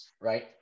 right